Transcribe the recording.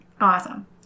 awesome